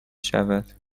شود